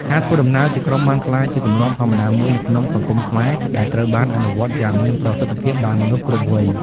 ការធ្វើដំណើរជាក្រុមបានក្លាយជាទម្លាប់ធម្មតាមួយនៅក្នុងសង្គមខ្មែរដែលត្រូវបានអនុវត្តយ៉ាងមានប្រសិទ្ធភាពដោយមនុស្សគ្រប់វ័យ។